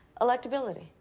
Electability